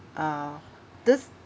uh these